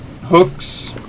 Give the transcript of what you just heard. hooks